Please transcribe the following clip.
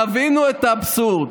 תבינו את האבסורד.